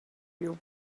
your